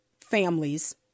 families